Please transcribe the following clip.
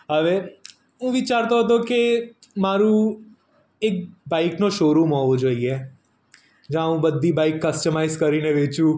હવે હું વિચારતો હતો કે મારું એક બાઈકનો શો રૂમ હોવો જોઈએ જ્યાં હું બધી બાઈક કસ્ટમાઇઝ કરીને વેચું